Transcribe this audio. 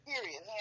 Period